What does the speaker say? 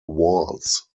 walls